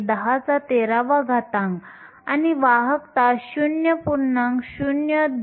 4 x 1013 आणि वाहकता 0